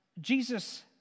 Jesus